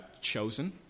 chosen